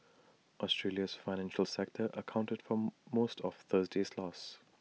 Australia's financial sector accounted for most of Thursday's loss